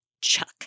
Chuck